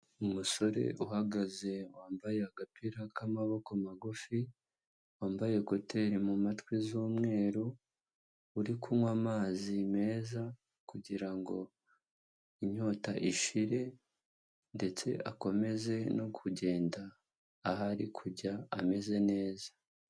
Umusore uhagaze wambaye agapira k'amaboko magufi, wambaye ekuteri mu matwi z'umweru, uri kunywa amazi meza kugira inyota ishire ndetse akomeze no kugenda aho ari kujya ameze neza.